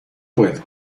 puedo